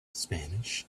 spanish